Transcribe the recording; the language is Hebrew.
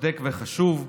צודק וחשוב,